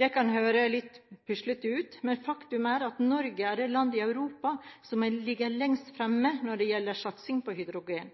Det kan høres litt puslete ut, men faktum er at Norge er det landet i Europa som ligger lengst framme når det gjelder satsing på hydrogen.